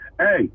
hey